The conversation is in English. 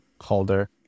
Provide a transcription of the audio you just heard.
holder